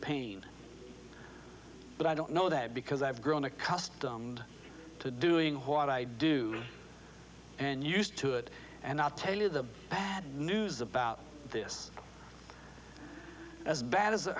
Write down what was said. pain but i don't know that because i've grown accustomed to doing what i do and used to it and not tell you the bad news about this as bad as it